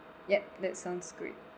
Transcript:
yup that sounds great